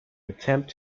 attempt